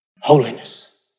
Holiness